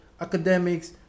academics